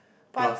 plus